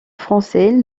français